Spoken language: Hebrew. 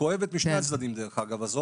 הכואבת משני הצדדים דרך אגב,